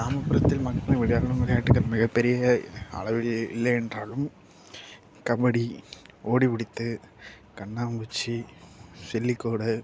கிராமப்புறத்தில் மக்கள் விளையாடும் விளையாட்டு மிக பெரிய அளவிலே இல்லை என்றாலும் கபடி ஓடி பிடித்து கண்ணாமூச்சி சில்லிக்கோடு